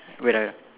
wait ah